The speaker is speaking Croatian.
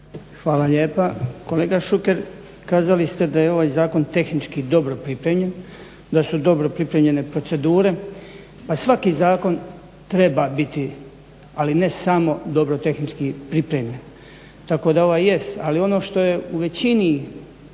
Hvala lijepa. Kolega Šuker, kazali ste da je ovaj zakon tehnički dobro pripremljen, da su dobro pripremljene procedure. Pa svaki zakon treba biti, ali ne samo dobro tehnički pripremljen tako da ovaj jest, ali ono što je u većini